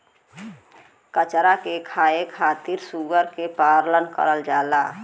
कचरा के खाए खातिर सूअर के पालन करल जाला